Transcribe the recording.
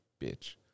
bitch